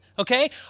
Okay